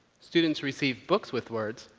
students receive books with words,